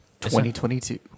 2022